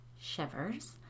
Shivers